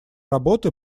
работы